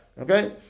Okay